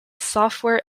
software